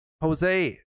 Jose